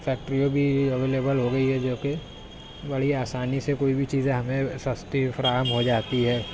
فیکٹریوں بھی اویلیبل ہو گئی ہے جو کہ بڑی آسانی سے کوئی بھی چیزیں ہمیں سستی فراہم ہو جاتی ہے